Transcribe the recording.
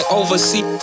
oversee